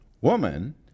woman